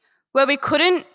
where we couldn't,